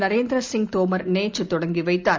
நரேந்திர சிங் தோமர் நேற்று தொடங்கி வைத்தார்